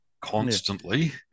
constantly